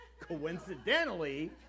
coincidentally